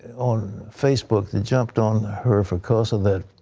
on facebook that jumped on her because of that.